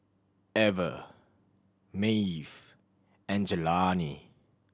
Ever Maeve and Jelani